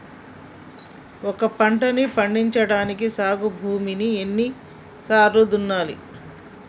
ఒక పంటని పండించడానికి సాగు భూమిని ఎన్ని సార్లు దున్నాలి?